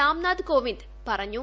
രാംനാഥ് കോവിന്ദ് പറഞ്ഞു